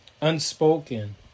unspoken